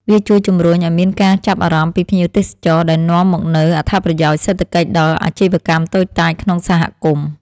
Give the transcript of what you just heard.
វាជួយជំរុញឱ្យមានការចាប់អារម្មណ៍ពីភ្ញៀវទេសចរ ដែលនាំមកនូវអត្ថប្រយោជន៍សេដ្ឋកិច្ចដល់អាជីវកម្មតូចតាចក្នុងសហគមន៍។